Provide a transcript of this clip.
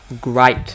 great